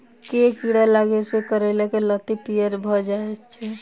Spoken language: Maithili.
केँ कीड़ा लागै सऽ करैला केँ लत्ती पीयर भऽ जाय छै?